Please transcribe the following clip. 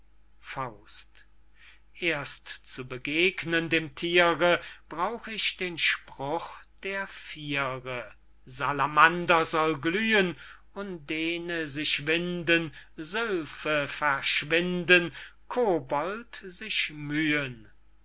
gefallen erst zu begegnen dem thiere brauch ich den spruch der viere salamander soll glühen undene sich winden silphe verschwinden kobold sich mühen